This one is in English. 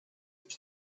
that